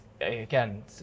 again